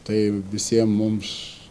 tai visiem mums